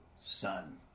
Son